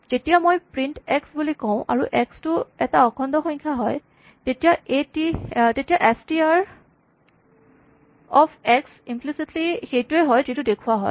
যেতিয়া মই print x বুলি কওঁ আৰু এক্স টো এটা অখণ্ড সংখ্যা হয় তেতিয়া S T R of x implicitly সেইটোৱেই হয় যিটো দেখুৱা যায়